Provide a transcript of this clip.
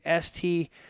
ST